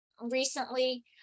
recently